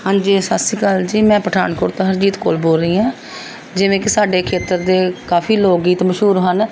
ਹਾਂਜੀ ਸਤਿ ਸ਼੍ਰੀ ਅਕਾਲ ਜੀ ਮੈਂ ਪਠਾਨਕੋਟ ਤੋਂ ਹਰਜੀਤ ਕੋਰ ਬੋਲ ਰਹੀ ਹਾਂ ਜਿਵੇਂ ਕਿ ਸਾਡੇ ਖੇਤਰ ਦੇ ਕਾਫ਼ੀ ਲੋਕ ਗੀਤ ਮਸ਼ਹੂਰ ਹਨ